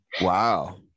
Wow